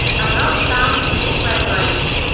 and not found in this reference.